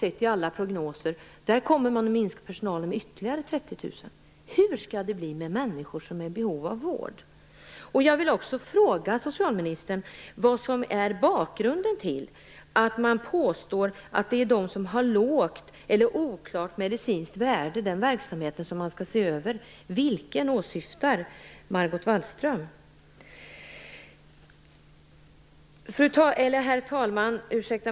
Enligt alla prognoser kommer personalen i framtiden att minskas med ytterligare 30 000 personer. Hur skall det bli med de människor som är i behov av vård? Jag vill också fråga socialministern vad som är bakgrunden till påståendet att det är den verksamhet som är av lågt eller oklart medicinskt värde som skall ses över. Vilken verksamhet åsyftar Margot Wallström? Herr talman!